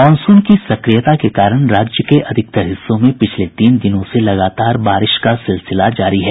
monsoon की सक्रियता के कारण राज्य के अधिकांश हिस्सों में पिछले तीन दिनों से लगातार बारिश का सिलसिला जारी है